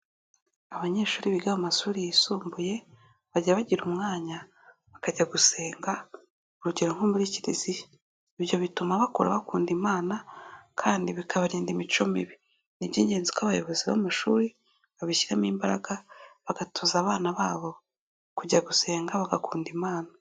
Abanyeshuri biga mu mashuri yisumbuye bajya bagira umwanya bakajya gusenga urugero nko muri Kiliziya, ibyo bituma bakura bakunda Imana kandi bikabarinda imico mibi; ni iby'ingenzi ko abayobozi b'amashuri babishyiramo imbaraga bagatoza abana babo kujya gusenga bagakunda Imana.